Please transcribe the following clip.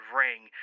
ring